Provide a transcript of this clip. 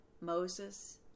Moses